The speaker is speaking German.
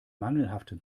mangelhaften